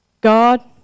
God